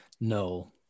no